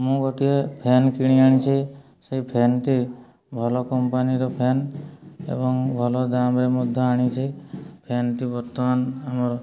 ମୁଁ ଗୋଟିଏ ଫ୍ୟାନ୍ କିଣି ଆଣିଛି ସେଇ ଫ୍ୟାନ୍ଟି ଭଲ କମ୍ପାନୀର ଫ୍ୟାନ୍ ଏବଂ ଭଲ ଦାମ୍ରେ ମଧ୍ୟ ଆଣିଛି ଫ୍ୟାନ୍ଟି ବର୍ତ୍ତମାନ୍ ଆମର